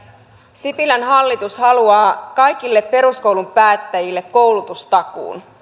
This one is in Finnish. sipilän hallitus haluaa kaikille peruskoulun päättäneille koulutustakuun